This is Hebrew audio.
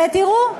ותראו,